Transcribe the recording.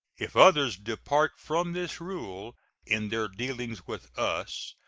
if others depart from this rule in their dealings with us,